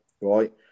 right